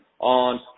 on